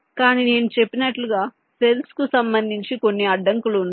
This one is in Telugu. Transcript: కానీ నేను చెప్పినట్లుగా సెల్స్ కు సంబంధించి కొన్ని అడ్డంకులు ఉన్నాయి